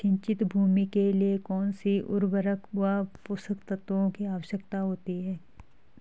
सिंचित भूमि के लिए कौन सी उर्वरक व पोषक तत्वों की आवश्यकता होती है?